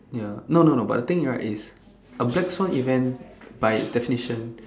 ya no no no but thing right is a black soy event by its destination